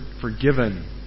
forgiven